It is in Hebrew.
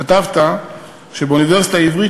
כתבת שבאוניברסיטה העברית,